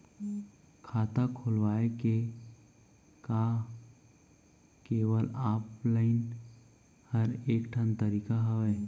खाता खोलवाय के का केवल ऑफलाइन हर ऐकेठन तरीका हवय?